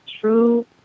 True